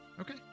Okay